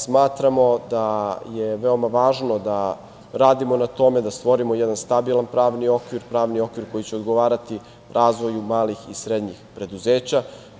Smatramo je veoma važno da radimo na tome da stvorimo jedan stabilan pravni okvir, pravni okvir koji će odgovarati razvoju malih i srednjih preduzeća.